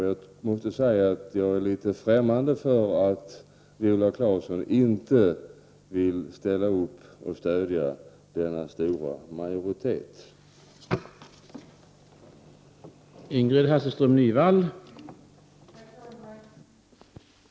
Jag är litet främmande inför tanken att inte ställa upp och stödja denna stora majoritet, vilket Viola Claesson alltså inte vill.